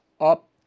up